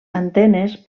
antenes